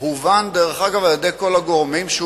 הובן דרך אגב על-ידי כל הגורמים שהוא